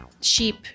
sheep